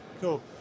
cool